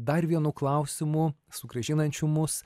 dar vienu klausimu sugrąžinančiu mus